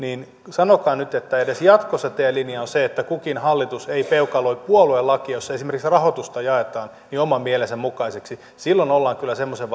sanokaa nyt että edes jatkossa teidän linjanne on se että kukin hallitus ei peukaloi puoluelakia jossa esimerkiksi rahoitusta jaetaan oman mielensä mukaiseksi silloin ollaan kyllä semmoisen